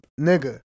nigga